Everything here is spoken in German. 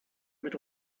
mit